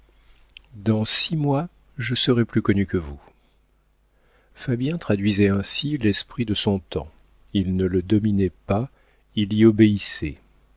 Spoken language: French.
dans six mois je serai plus connu que vous fabien traduisait ainsi l'esprit de son temps il ne le dominait pas il y obéissait